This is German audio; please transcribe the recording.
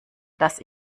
dass